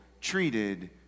treated